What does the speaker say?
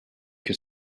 que